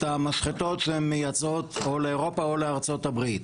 המשחטות שהן מייצאות או לאירופה או לארצות הברית.